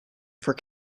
for